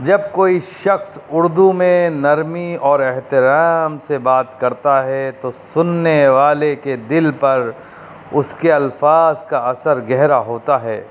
جب کوئی شخص اردو میں نرمی اور احترام سے بات کرتا ہے تو سننے والے کے دل پر اس کے الفاظ کا اثر گہرا ہوتا ہے